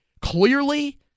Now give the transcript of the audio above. Clearly